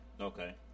Okay